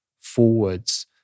forwards